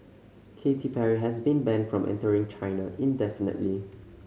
Katy Perry has been banned from entering China indefinitely